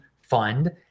Fund